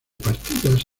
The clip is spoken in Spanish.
partidas